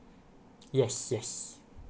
yes yes